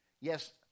Yes